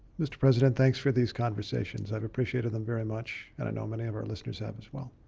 mr. president, thanks for these conversations. i've appreciated them very much and i know many of our listeners have as well.